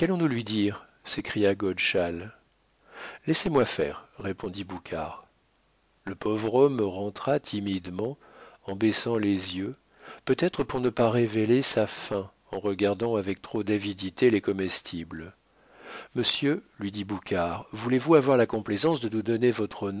qu'allons-nous lui dire s'écria godeschal laissez-moi faire répondit boucard le pauvre homme rentra timidement en baissant les yeux peut-être pour ne pas révéler sa faim en regardant avec trop d'avidité les comestibles monsieur lui dit boucard voulez-vous avoir la complaisance de nous donner votre